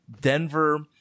Denver